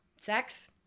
Sex